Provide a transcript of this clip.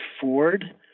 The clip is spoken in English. Ford